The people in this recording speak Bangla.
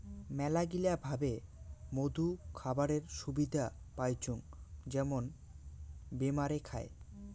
মেলাগিলা ভাবে মধু খাবারের সুবিধা পাইচুঙ যেমন বেমারে খায়